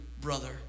brother